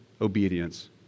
Obedience